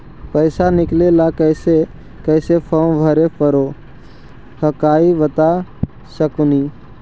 पैसा निकले ला कैसे कैसे फॉर्मा भरे परो हकाई बता सकनुह?